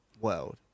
world